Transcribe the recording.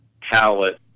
palette